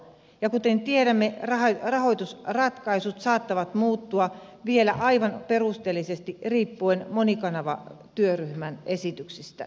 ja kuten tiedämme rahoitusratkaisut saattavat muuttua vielä aivan perusteellisesti riippuen monikanavatyöryhmän esityksestä